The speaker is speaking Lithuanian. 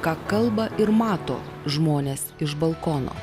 ką kalba ir mato žmonės iš balkono